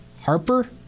Harper